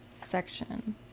section